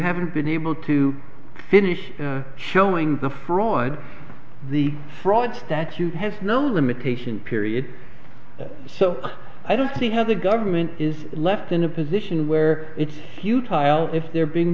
haven't been able to finish showing the fraud the fraud statute has no limitation period so i don't see how the government is left in a position where it's huge pile if they're being